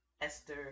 Esther